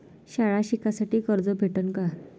शाळा शिकासाठी कर्ज भेटन का?